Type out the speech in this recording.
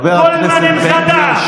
השפה הערבית.